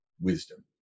wisdom